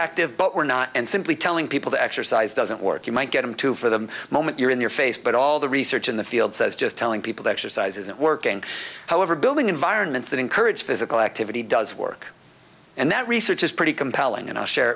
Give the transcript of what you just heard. active but we're not and simply telling people to exercise doesn't work you might get into for the moment you're in your face but all the research in the field says just telling people that your size isn't working however building environments that encourage physical activity does work and that research is pretty compelling and i'll